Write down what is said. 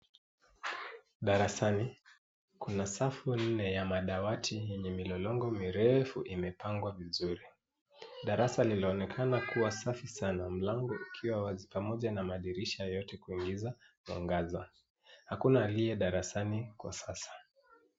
Darasani. Kuna safu nne ya madawati yenye milolongo mirefu imepangwa vizuri. Darasa linaonekana kuwa safi sana, mlango ukiwa wazi pamoja na madirisha yote kuingiza mwangaza. Hakuna aliye darasani kwa sasa.